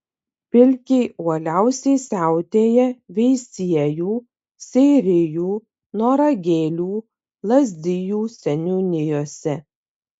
pilkiai uoliausiai siautėja veisiejų seirijų noragėlių lazdijų seniūnijose